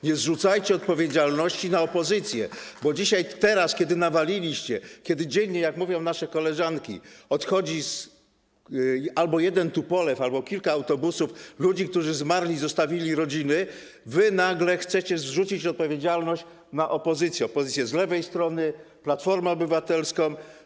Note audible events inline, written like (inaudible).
Nie zrzucajcie odpowiedzialności na opozycję, (applause) bo teraz, kiedy nawaliliście, kiedy dziennie, jak mówią nasze koleżanki, odchodzi albo jeden tupolew albo kilka autobusów ludzi, którzy zmarli i zostawili rodziny, wy nagle chcecie zrzucić odpowiedzialność na opozycję, opozycję z lewej strony, Platformę Obywatelską.